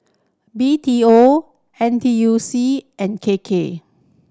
B T O N T U C and K K